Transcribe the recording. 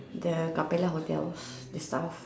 the Capella hotel the stuff